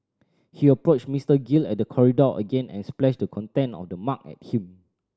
he approached Mister Gill at the corridor again and splashed the content of the mug at him